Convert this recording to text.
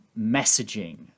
messaging